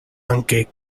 anche